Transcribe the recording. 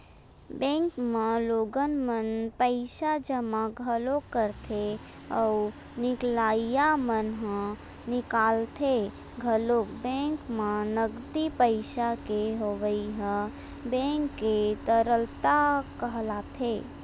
bank म लोगन मन पइसा जमा घलोक करथे अउ निकलइया मन ह निकालथे घलोक बेंक म नगदी पइसा के होवई ह बेंक के तरलता कहलाथे